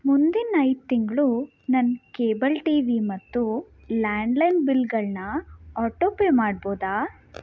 ಮುಂದಿನ ಐದು ತಿಂಗಳು ನನ್ನ ಕೇಬಲ್ ಟಿ ವಿ ಮತ್ತು ಲ್ಯಾಂಡ್ಲೈನ್ ಬಿಲ್ಗಳನ್ನ ಆಟೋ ಪೇ ಮಾಡ್ಬೋದಾ